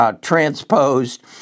Transposed